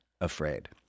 afraid